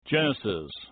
Genesis